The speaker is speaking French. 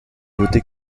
voter